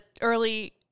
early